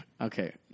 Okay